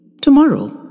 tomorrow